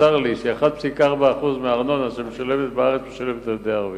נמסר לי ש-1.4% מהארנונה שמשולמת בארץ משולמת על-ידי הערבים,